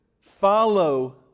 Follow